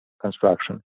construction